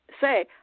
say